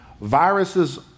viruses